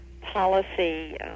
policy